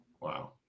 Wow